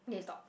okay stop